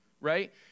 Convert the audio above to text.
right